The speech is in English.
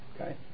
okay